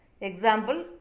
example